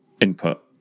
input